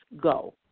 go